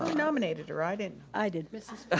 nominated her, i didn't? i did.